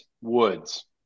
woods